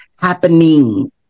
happening